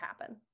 happen